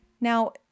Now